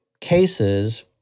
cases